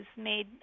made